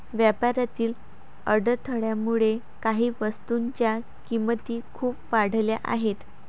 व्यापारातील अडथळ्यामुळे काही वस्तूंच्या किमती खूप वाढल्या आहेत